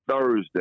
Thursday